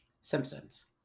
simpsons